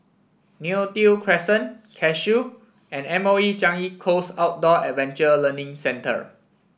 Neo Tiew Crescent Cashew and M O E Changi Coast Outdoor Adventure Learning Centre